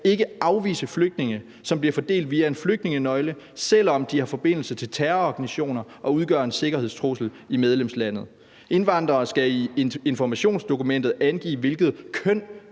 ikke afvise flygtninge, som bliver fordelt via en flygtningenøgle, selv om de har forbindelse til terrororganisationer og udgør en sikkerhedstrussel i medlemslandet. Indvandrere skal i informationsdokumentet angive, hvilket køn